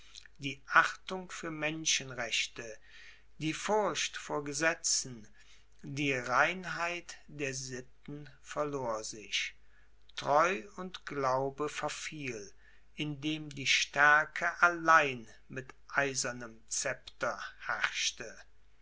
die achtung für menschenrechte die furcht vor gesetzen die reinheit der sitten verlor sich treu und glaube verfiel indem die stärke allein mit eisernem scepter herrschte